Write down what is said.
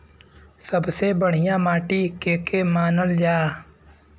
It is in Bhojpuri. सबसे बढ़िया माटी के के मानल जा?